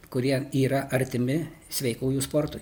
kurie yra artimi sveikųjų sportui